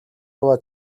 яваа